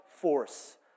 force